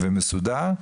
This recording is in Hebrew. ומסודר,